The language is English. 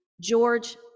George